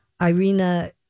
Irina